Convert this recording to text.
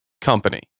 Company